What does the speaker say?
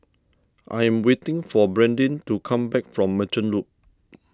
I am waiting for Bradyn to come back from Merchant Loop